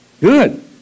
Good